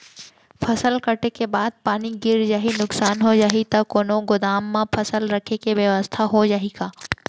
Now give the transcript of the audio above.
फसल कटे के बाद पानी गिर जाही, नुकसान हो जाही त कोनो गोदाम म फसल रखे के बेवस्था हो जाही का?